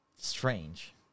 strange